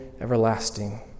everlasting